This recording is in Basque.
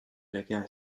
legea